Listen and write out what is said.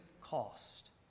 cost